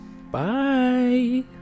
bye